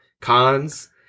cons